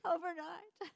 Overnight